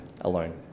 alone